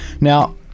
Now